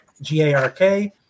G-A-R-K